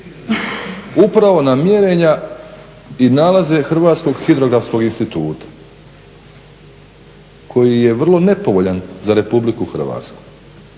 Upravo na mjerenja i nalaze Hrvatskog hidrografskog instituta koji je vrlo nepovoljan za Republiku Hrvatsku.